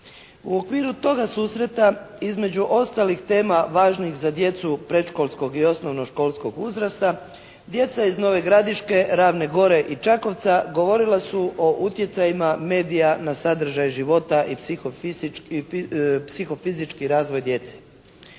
U okviru toga susreta između ostalih tema važnih za djecu predškolskog i osnovno školskog uzrasta djeca iz Nove Gradiške, Ravne Gore i Čakovca govorila su o utjecajima medija na sadržaj života i psiho-fizički razvoj djece.